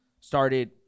started